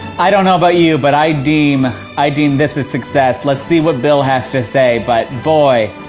i don't know about you, but i deem, i deem this a success. let's see what bill has to say, but boy.